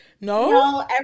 No